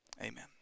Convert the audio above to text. amen